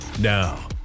Now